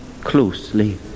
closely